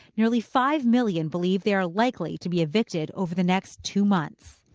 nearly five million believe they are likely to be evicted over the next two months.